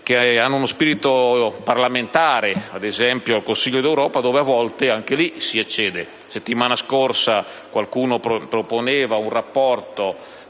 che hanno magari uno spirito parlamentare, ad esempio il Consiglio d'Europa, dove a volte pure si eccede. La settimana scorsa, ad esempio, qualcuno proponeva un rapporto